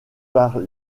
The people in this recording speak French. par